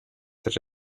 such